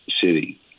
city